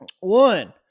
one